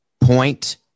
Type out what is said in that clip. point